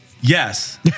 yes